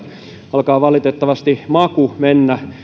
alkaa valitettavasti maku mennä